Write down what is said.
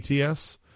ATS